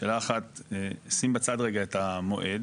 שאלה אחת, שים בצד רגע את המועד,